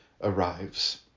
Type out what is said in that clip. arrives